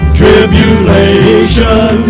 tribulation